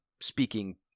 speaking